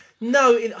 no